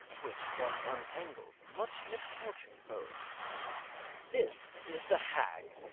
which, once untangled, much misfortune bodes this is the hag,